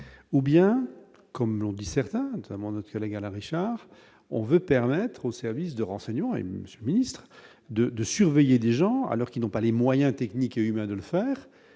ou bien, comme l'ont dit certains, notamment notre collègue Alain Richard on veut permettre aux services de renseignement et ministre de de surveiller des gens alors qu'ils n'ont pas les moyens techniques et humains de le faire,